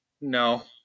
No